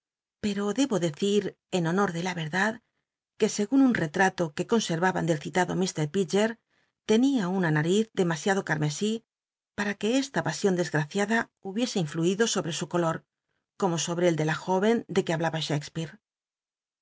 pero debo decir en honor de la verdad que segun un rc rato que consermban del citado lir pídger tenia una nal'iz demasiado carmesí para que e la pasion desgraciada hubiese influido sobre su color como sobre el de la jóvcn de que habla shakspcarc